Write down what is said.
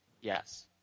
Yes